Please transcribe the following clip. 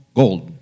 gold